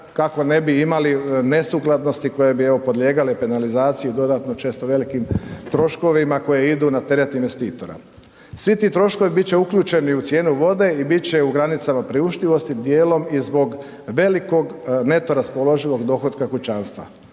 kako ne bi imali nesukladnosti koje ni evo podlijegale penalizaciji dodatno, često velikim troškovima koji idu na teret investitora. Svi ti troškovi bit će uključeni u cijenu vode i bit će u granicama priuštivosti djelom i zbog velikog neto raspoloživog dohotka kućanstva